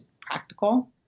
practical